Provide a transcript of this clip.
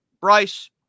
Bryce